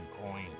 coin